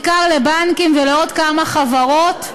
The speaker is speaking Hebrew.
בעיקר לבנקים ולעוד כמה חברות.